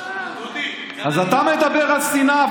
אז אתה מדבר על שנאה?